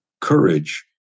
courage